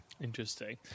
interesting